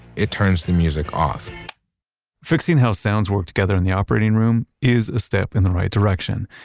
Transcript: it turns the music off fixing how sounds work together in the operating room is a step in the right direction,